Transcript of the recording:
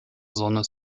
sonne